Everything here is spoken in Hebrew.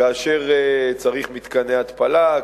כאשר צריך מתקני התפלה,